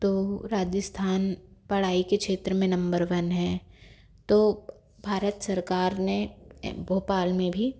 तो राजस्थान पढ़ाई के क्षेत्र में नंबर वन है तो भारत सरकार ने भोपाल में भी